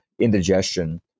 indigestion